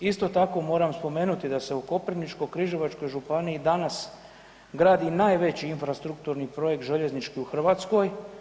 Isto tako, moram spomenuti da se u Koprivničko-križevačkoj županiji danas gradi najveći infrastrukturni projekt željeznički u Hrvatskoj.